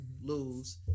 lose